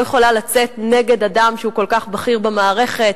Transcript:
יכולה לצאת נגד אדם שהוא כל כך בכיר במערכת,